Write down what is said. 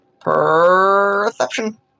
Perception